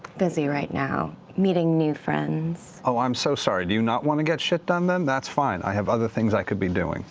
busy right now, meeting new friends. taliesin oh, i'm so sorry. do you not want to get shit done, then? that's fine. i have other things i could be doing